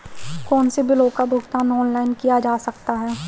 कौनसे बिलों का भुगतान ऑनलाइन किया जा सकता है?